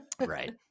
Right